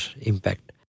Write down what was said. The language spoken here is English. impact